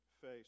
face